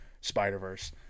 Spider-Verse